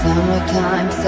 Summertime